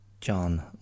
john